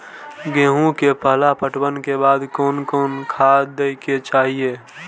गेहूं के पहला पटवन के बाद कोन कौन खाद दे के चाहिए?